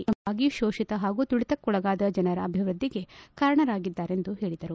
ಪ್ರಮುಖವಾಗಿ ಶೋಷಿತ ಹಾಗೂ ತುಳಿತಕ್ಕೊಳಗಾದ ಜನರ ಅಭಿವೃದ್ಧಿಗೆ ಕಾರಣರಾಗಿದ್ದಾರೆಂದು ಹೇಳಿದರು